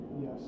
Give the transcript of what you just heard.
Yes